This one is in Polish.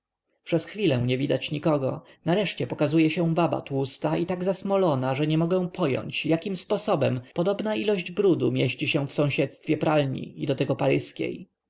przez chwilę nie widać nikogo nareszcie pokazuje się baba tłusta i tak zasmolona że nie mogę pojąć jakim sposobem podobna ilość brudu mieści się w sąsiedztwie pralni i do tego paryskiej